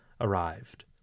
arrived